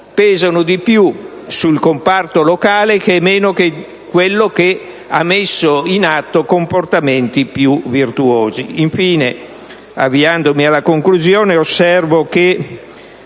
pesano di più sul comparto locale, che è quello che ha messo in atto comportamenti più virtuosi. Infine, avviandomi alla conclusione, osservo che